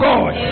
God